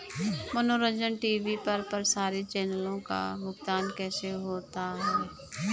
मनोरंजन टी.वी पर प्रसारित चैनलों का भुगतान कैसे होता है?